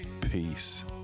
peace